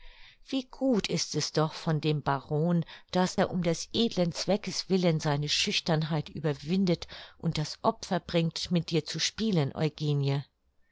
wie gut ist es doch von dem baron daß er um des edlen zweckes willen seine schüchternheit überwindet und das opfer bringt mit dir zu spielen eugenie